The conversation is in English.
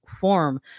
form